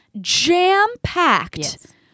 jam-packed